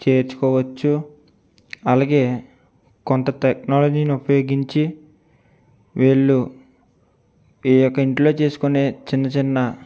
చేర్చుకోవచ్చు అలాగే కొంత టెక్నాలజీ ని ఉపయోగించి వీళ్ళు ఈ యొక ఇంట్లో చేసుకునే చిన్న చిన్న